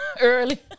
Early